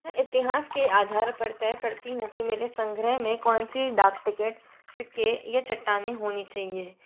मैं इतिहास के आधार पर तय करती हूँ कि मेरे संग्रह में कौन सी डाक टिकट सिक्के या चट्टाने होनी चाहिए